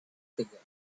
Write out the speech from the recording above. figure